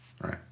Right